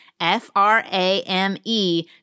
F-R-A-M-E